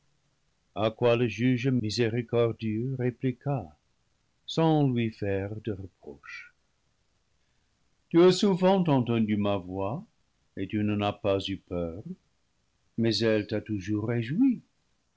a quoi le juge miséricordieux répliqua sans lui faire de reproche tu as souvent entendu ma voix et tu n'en as pas eu peur mais elle t'a toujours réjoui